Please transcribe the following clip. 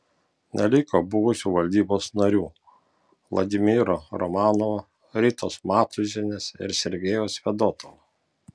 neliko buvusių valdybos narių vladimiro romanovo ritos matūzienės ir sergejaus fedotovo